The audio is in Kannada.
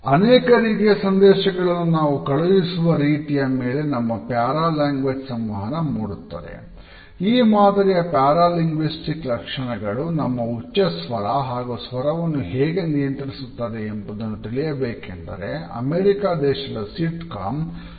ಅನೇಕ ರೀತಿಯ ಸಂದೇಶಗಳನ್ನು ನಾವು ಕಳುಹಿಸುವ ರೀತಿಯ ಮೇಲೆ ನಮ್ಮ ಪ್ಯಾರಾ ಲ್ಯಾಂಗ್ವೇಜ್ ಅನ್ನು ಗಮನಿಸಬಹುದು